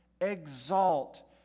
Exalt